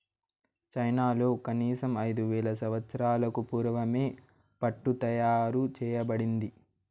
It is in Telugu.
చైనాలో కనీసం ఐదు వేల సంవత్సరాలకు పూర్వమే పట్టు తయారు చేయబడింది